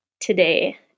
today